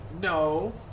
No